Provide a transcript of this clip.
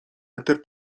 eter